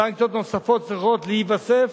סנקציות נוספות צריכות להיווסף,